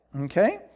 Okay